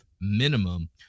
minimum